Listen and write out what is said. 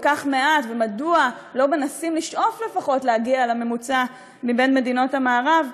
כך מעט ומדוע לא מנסים לשאוף לפחות להגיע לממוצע במדינות המערב,